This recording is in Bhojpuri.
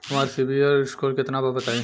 हमार सीबील स्कोर केतना बा बताईं?